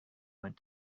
went